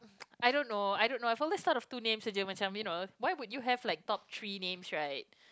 I don't know I don't know I follow these type of two names aje you know why would you have like top three names right